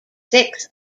six